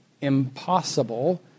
impossible